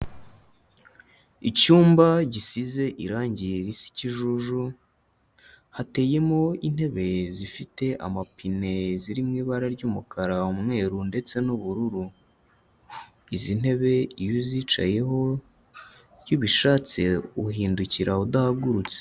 Icyumba gisize irangi risa ikijuju, hateyemo intebe zifite amapine ziri mu ibara ry'umukara, umweru ndetse n'ubururu. Izi ntebe iyo uzicayeho, iyo ubishatse uhindukira udahagurutse.